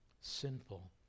sinful